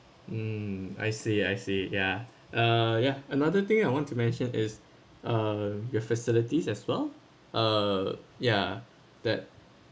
mm I see I see yeah uh yeah another thing I want to mention is uh your facilities as well uh ya that